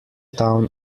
town